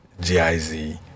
giz